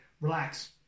relax